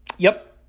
yep.